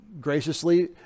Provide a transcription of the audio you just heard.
graciously